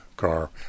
Car